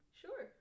sure